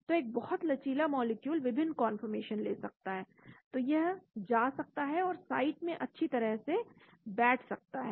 तो एक बहुत लचीला मॉलिक्यूल विभिन्न कंफॉरर्मेशन ले सकता है तो यह जा सकता है और साइड में अच्छी तरह से बैठ सकता है